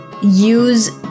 use